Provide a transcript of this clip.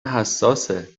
حساسه